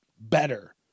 better